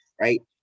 right